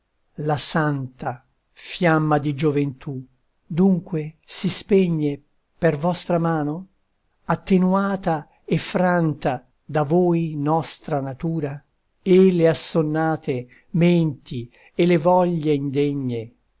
la santa fiamma di gioventù dunque si spegne per vostra mano attenuata e franta da voi nostra natura e le assonnate menti e le voglie indegne